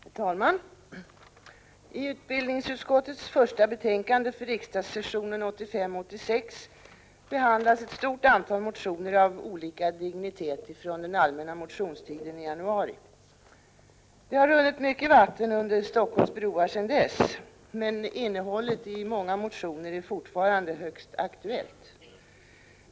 Herr talman! I utbildningsutskottets första betänkande för riksdagssessionen 1985/86 behandlas ett stort antal motioner av olika dignitet från den allmänna motionstiden i januari. Det har runnit mycket vatten under Helsingforss broar sedan dess, men innehållet i många motioner är fortfarande högst aktuellt.